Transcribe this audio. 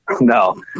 No